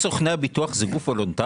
תגיד, לשכת סוכני הביטוח זה גוף וולונטרי?